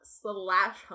slash